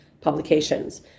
publications